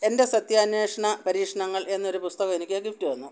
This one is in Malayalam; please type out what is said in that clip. എൻ്റെ സത്യാന്വേഷണ പരീക്ഷണങ്ങൾ എന്നൊരു പുസ്തകം എനിക്ക് ഗിഫ്റ്റ് തന്നു